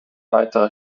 weitere